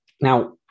Now